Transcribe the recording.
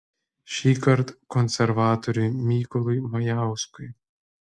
šįkart konservatoriui mykolui majauskui